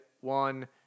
one